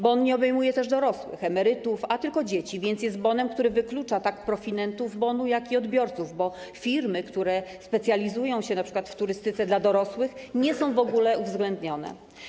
Bon nie obejmuje też dorosłych, emerytów, a tylko dzieci, więc jest bonem, który wyklucza tak profitentów bonu, jak i odbiorców, bo firmy, które specjalizują się np. w turystyce dla dorosłych, nie są w ogóle uwzględnione.